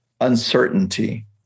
uncertainty